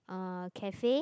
uh cafe